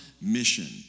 mission